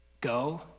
Go